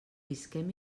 visquem